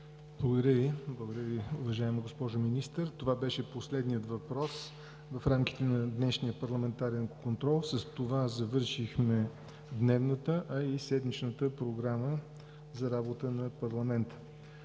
Благодаря Ви, уважаема госпожо Министър. Това беше последният въпрос в рамките на днешния парламентарен контрол. С това завършихме дневната, а и седмичната Програма за работа на парламента.